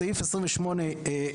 בסעיף 28(1),